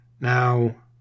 Now